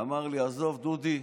ואמר לי: עזוב, דודי,